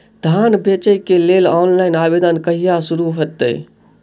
धान बेचै केँ लेल ऑनलाइन आवेदन कहिया शुरू हेतइ?